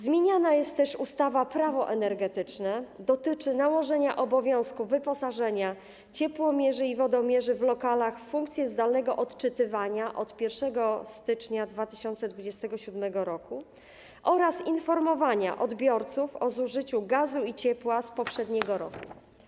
Zmieniana jest też ustawa - Prawo energetyczne, dotyczy to nałożenia obowiązku wyposażenia ciepłomierzy i wodomierzy w lokalach w funkcje zdalnego odczytywania od 1 stycznia 2027 r. oraz informowania odbiorców o zużyciu gazu i ciepła z poprzedniego roku.